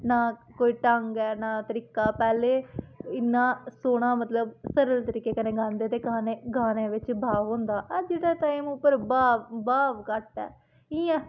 नां कोई ढंग ऐ नां तरीका पैह्ले इन्ना सोह्ना मतलब सरल तरीके कन्नै गांदे ते गाने गाने बिच्च भाव होंदा हा अज्ज दे टाइम उप्पर भाव भाव घट्ट ऐ इ'यां